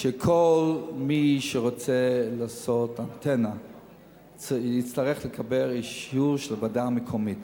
שכל מי שרוצה לעשות אנטנה יצטרך לקבל אישור של הוועדה המקומית.